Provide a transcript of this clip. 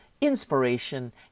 inspiration